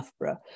Loughborough